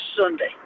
Sunday